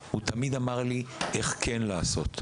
הוא תמיד אמר לי איך כן לעשות.